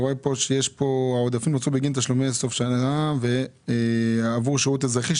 שיש פה העודפים נוצרו בגין תשלומי סוף שנה עבור שירות אזרחי,